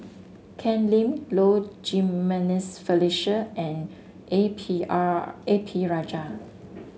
Ken Lim Low Jimenez Felicia and A P R A P Rajah